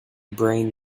brain